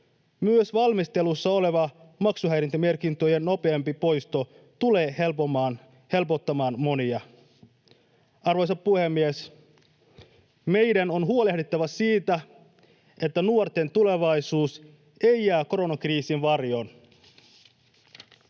Myös valmistelussa oleva maksuhäiriömerkintöjen nopeampi poisto tulee helpottamaan monia. Arvoisa puhemies! Meidän on huolehdittava siitä, että nuorten tulevaisuus ei jää koronakriisin varjoon.